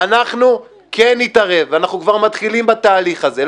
אנחנו נתערב, ואנחנו כבר מתחילים בתהליך הזה.